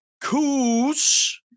Coos